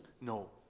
No